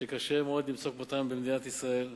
שקשה מאוד למצוא כמותם במדינת ישראל,